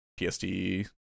PSD